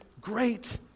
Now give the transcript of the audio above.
great